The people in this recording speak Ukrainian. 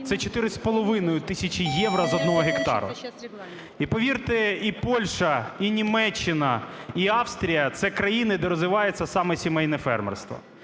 тисячі євро з 1 гектара. І, повірте, і Польща, і Німеччина, і Австрія – це країни, де розвивається саме сімейне фермерство.